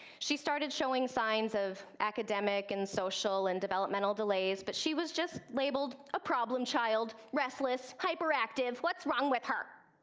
she started showing signs of academic and social, and developmental delays, but she was just labelled a problem child, restless, hyperactive, what's wrong with her?